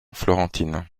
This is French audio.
florentine